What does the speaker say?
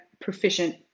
proficient